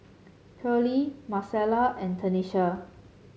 Pearley Marcella and Tenisha